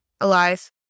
alive